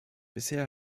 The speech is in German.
bisher